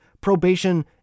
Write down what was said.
probation